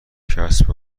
کسب